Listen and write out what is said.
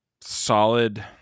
solid